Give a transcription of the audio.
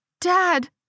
Dad